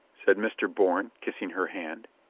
said mr. bourne, kissing her hand.